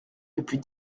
depuis